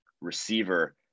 receiver